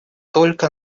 только